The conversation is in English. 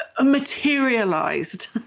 materialized